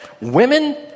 Women